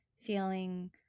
feeling